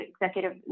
executive